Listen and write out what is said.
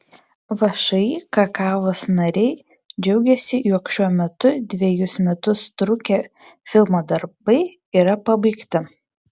všį kakavos nariai džiaugiasi jog šiuo metu dvejus metus trukę filmo darbai yra pabaigti